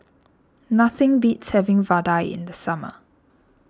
nothing beats having Vadai in the summer